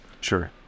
Sure